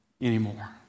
anymore